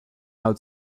out